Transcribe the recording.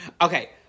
Okay